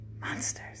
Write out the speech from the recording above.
Monsters